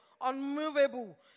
unmovable